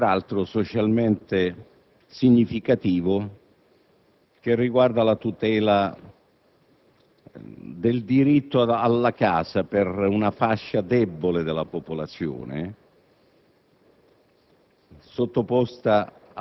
e peraltro socialmente significativo che riguarda la tutela del diritto alla casa per una fascia debole della popolazione